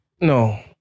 No